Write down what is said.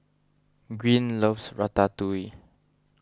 Green loves Ratatouille